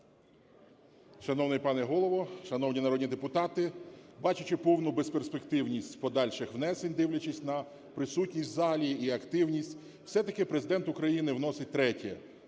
Шановний пане Голово, шановні народні депутати, бачачи повну безперспективність подальших внесень, дивлячись на присутність в залі і активність, все-таки Президент України вносить третє